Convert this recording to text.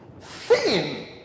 thin